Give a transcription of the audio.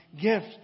gift